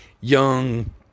young